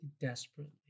desperately